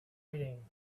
wedding